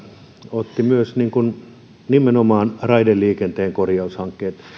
otti myös nimenomaan raideliikenteen korjaushankkeet